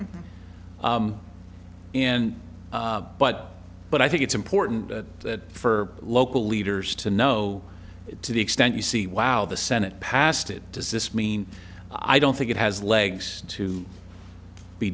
and but but i think it's important that for local leaders to know to the extent you see wow the senate passed it does this mean i don't think it has legs to be